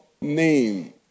name